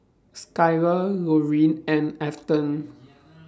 Skyler Lorine and Afton